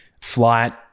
flight